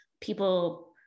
People